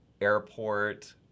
airport